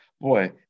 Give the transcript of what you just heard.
Boy